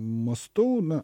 mąstau na